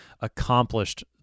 accomplished